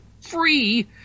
free